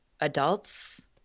adults